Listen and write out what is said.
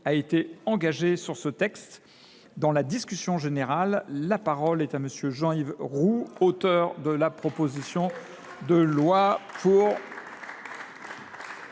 a été engagée sur ce texte. Dans la discussion générale, la parole est à M. Jean Yves Roux, auteur de la proposition de loi.